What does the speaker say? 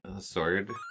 sword